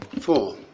Four